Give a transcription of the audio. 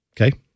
Okay